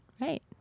right